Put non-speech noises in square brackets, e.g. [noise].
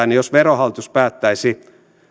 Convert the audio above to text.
[unintelligible] niin jos verohallitus päättäisi